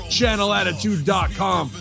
Channelattitude.com